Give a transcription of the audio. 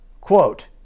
Quote